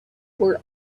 were